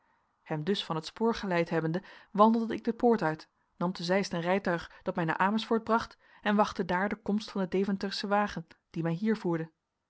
hem dus van t spoor geleid hebbende wandelde ik de poort uit nam te zeist een rijtuig dat mij naar amersfoort bracht en wachtte daar de komst van den deventerschen wagen die mij hier voerde